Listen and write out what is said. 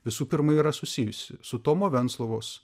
visų pirma yra susijusi su tomo venclovos